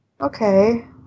okay